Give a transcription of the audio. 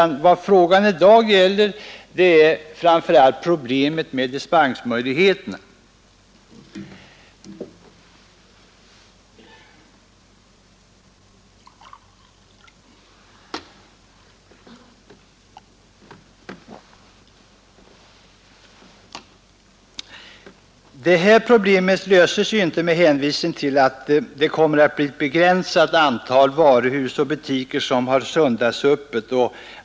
Vad frågan i dag gäller är framför allt problemet med dispensmöjligheterna. Det här problemet löses inte med hänvisning till att det kommer att bli ett begränsat antal varuhus och butiker som har söndagsöppet.